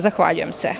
Zahvaljujem se.